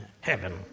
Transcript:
heaven